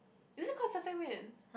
is it called 炸酱面